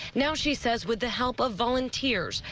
now she says with the help of volunteers,